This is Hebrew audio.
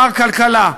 מר כלכלה,